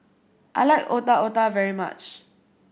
I like Otak Otak very much